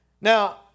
Now